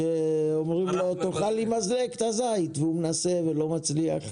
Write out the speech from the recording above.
אומרים לו תאכל עם מזלג את הזית והוא מנסה ולא מצליח.